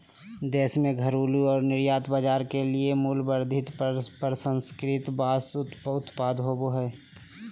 देश में घरेलू और निर्यात बाजार के लिए मूल्यवर्धित प्रसंस्कृत बांस उत्पाद होबो हइ